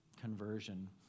conversion